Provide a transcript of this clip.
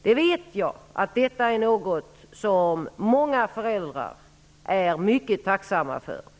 Jag vet att detta är något som många föräldrar är mycket tacksamma för.